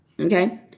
Okay